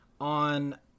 on